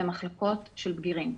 במחלקות של בגירים,